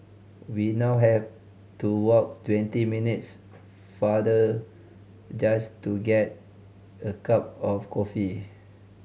we now have to walk twenty minutes farther just to get a cup of coffee